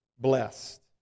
blessed